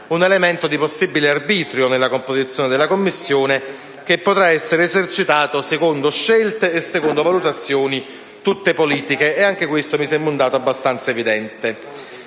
un elemento di possibile arbitrio nella composizione della Commissione, che potrà essere esercitato secondo scelte e valutazioni tutte politiche. Anche questo mi sembra un dato abbastanza evidente.